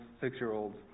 six-year-olds